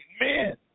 men